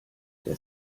der